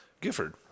Gifford